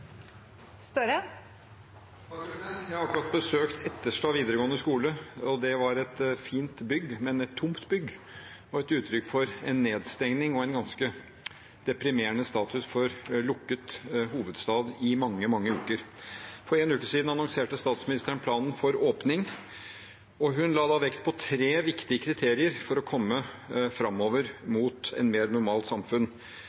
Jeg har akkurat besøkt Etterstad videregående skole, og det var et fint bygg, men et tomt bygg og et uttrykk for nedstengning og en ganske deprimerende status for en lukket hovedstad i mange, mange uker. For en uke siden annonserte statsministeren planen for åpning, og hun la da vekt på tre viktige kriterier for å komme